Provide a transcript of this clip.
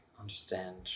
understand